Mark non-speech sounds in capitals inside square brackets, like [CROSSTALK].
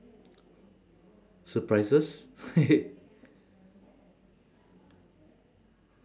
surprises [LAUGHS]